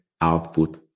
output